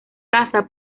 casa